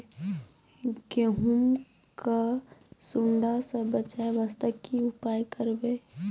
गहूम के सुंडा से बचाई वास्ते की उपाय करबै?